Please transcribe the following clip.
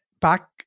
back